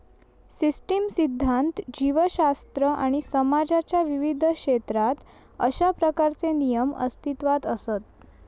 system सिध्दांत, जीवशास्त्र आणि समाजाच्या विविध क्षेत्रात अशा प्रकारचे नियम अस्तित्वात असत